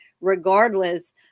regardless